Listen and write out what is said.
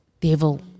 devil